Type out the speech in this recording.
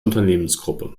unternehmensgruppe